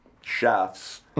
chefs